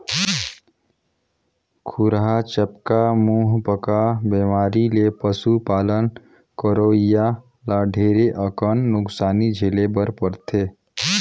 खुरहा चपका, मुहंपका बेमारी ले पसु पालन करोइया ल ढेरे अकन नुकसानी झेले बर परथे